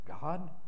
God